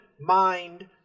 mind